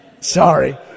Sorry